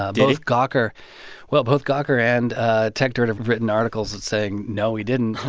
ah both gawker well, both gawker and ah techdirt have written articles saying, no, he didn't.